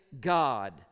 God